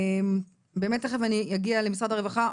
באמת תיכף אני אגיד למשרד הרווחה,